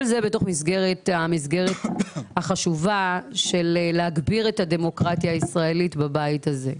כל זה בתוך המסגרת החשובה של להגביר את הדמוקרטיה הישראלית בבית הזה.